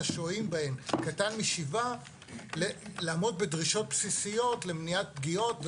השוהים בהם קטן משבעה לעמוד בדרישות בסיסיות למניעת פגיעות,